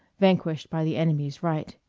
vanquished by the enemy's right.